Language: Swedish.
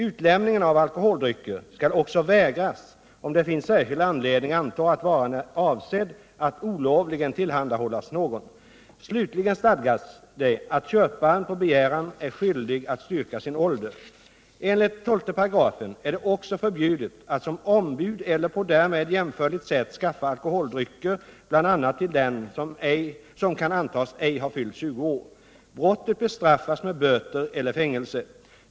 Utlämning av alkoholdrycker skall också vägras om det finns särskild anledning anta att varan är avsedd att olovligen tillhandahållas någon. Slutligen stadgas det att köparen på begäran är skyldig att styrka sin ålder. Enligt 12 § är det också förbjudet att som ombud eller på därmed jämförligt sätt skaffa alkoholdrycker bl.a. till den som kan antas ej ha fyllt 20 år. Brottet bestraffas med böter eller fängelse.